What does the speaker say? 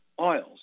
oils